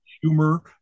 humor